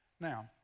Now